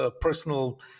personal